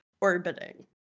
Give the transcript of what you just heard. orbiting